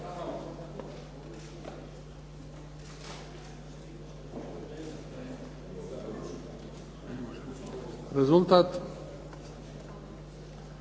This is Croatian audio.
Rezultat?